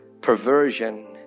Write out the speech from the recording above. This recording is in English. perversion